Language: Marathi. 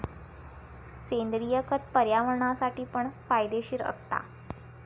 सेंद्रिय खत पर्यावरणासाठी पण फायदेशीर असता